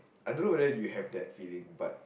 I don't know whether you have that feeling but